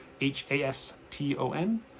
H-A-S-T-O-N